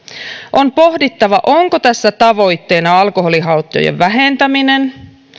on pohdittava onko tässä tavoitteena alkoholihaittojen vähentäminen